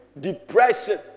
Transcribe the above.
depression